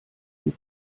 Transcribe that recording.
sie